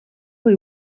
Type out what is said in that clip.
või